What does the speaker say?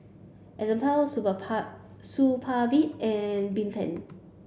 Enzyplex Supravit and Bedpans